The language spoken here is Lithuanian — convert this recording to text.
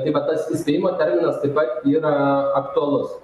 tai va tas įspėjimo terminas taip pat yra aktualus